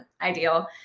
ideal